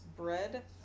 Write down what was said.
Bread